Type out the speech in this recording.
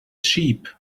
sheep